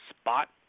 spot